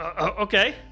Okay